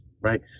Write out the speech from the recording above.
right